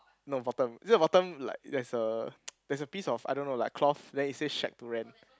no bottom is it the bottom like there's a there's a piece of I don't know like cloth then it say shack to rent